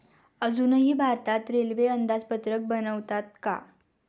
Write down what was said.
अजूनही भारतात रेल्वे अंदाजपत्रक बनवतात का?